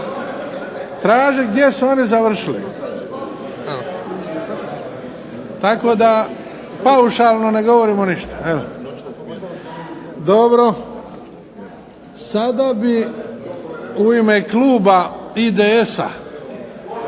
Tražiti gdje su oni završili. Tako da paušalno ne govorimo ništa. Dobro. Sada bi u ime kluba IDS-a